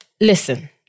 Listen